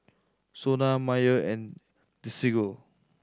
SONA Mayer and Desigual